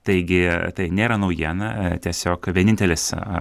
taigi tai nėra naujiena tiesiog vienintelis